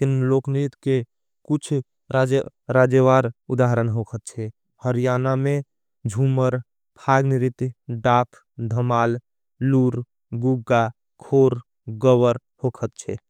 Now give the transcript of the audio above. के लोक निरित के। कुछ राजवार उदारन हो अच्छे हर्याना में जुमर फाग निरित। डाप, धमाल, लूर, गुगा, खोर, गवर हो अच्छे।